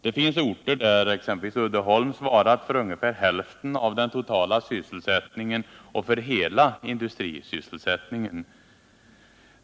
Det finns orter där Uddeholm svarat för ungefär hälften av den totala sysselsättningen och för hela industrisysselsättningen.